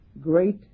great